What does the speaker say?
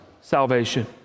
salvation